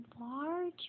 large